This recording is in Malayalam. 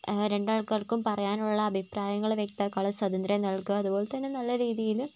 രണ്ടാൾക്കാർക്കും പറയാനുള്ള അഭിപ്രായങ്ങൾ വ്യക്തമാക്കാനുള്ള സ്വാതന്ത്ര്യം നൽകുക അതുപോലെ നല്ല രീതിയിൽ